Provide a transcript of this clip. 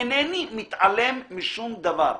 אינני מתעלם משום דבר.